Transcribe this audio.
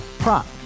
Prop